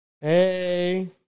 Hey